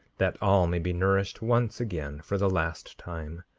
that all may be nourished once again for the last time.